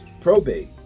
probate